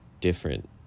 different